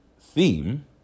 theme